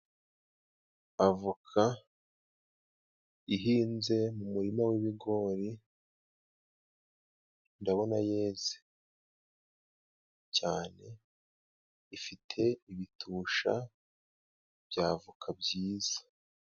Avoka ihinze mu murima w'ibigori, ndabona yeze cyane, ifite ibitusha by' Avoka byiza.